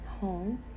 home